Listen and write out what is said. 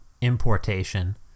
importation